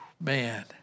Man